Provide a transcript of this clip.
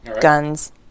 Guns